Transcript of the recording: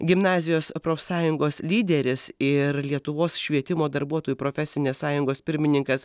gimnazijos profsąjungos lyderis ir lietuvos švietimo darbuotojų profesinės sąjungos pirmininkas